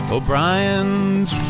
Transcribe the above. O'Brien's